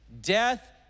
death